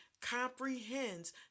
comprehends